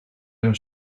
gonna